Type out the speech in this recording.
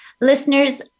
Listeners